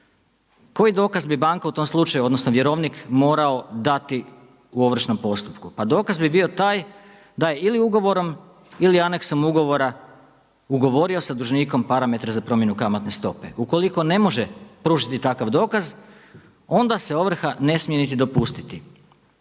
Koji dokaz bi banka u tom slučaju odnosno vjerovnik morao dati u ovršnom postupku? Pa dokaz bi bio taj da je ili ugovorom ili aneksom ugovora ugovorio sa dužnikom parametre za promjenu kamatne stope. Ukoliko ne može pružiti takav dokaz onda se ovrha ne smije niti dopustiti.